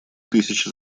тысячи